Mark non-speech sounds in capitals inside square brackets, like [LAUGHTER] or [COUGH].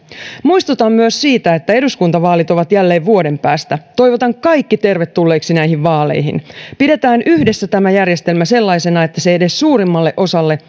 muistutan myös siitä että eduskuntavaalit ovat jälleen vuoden päästä toivotan kaikki tervetulleiksi näihin vaaleihin pidetään yhdessä tämä järjestelmä sellaisena että se edes suurimmalle osalle [UNINTELLIGIBLE]